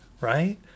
right